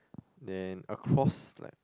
then across like